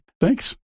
thanks